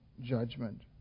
judgment